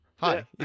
Hi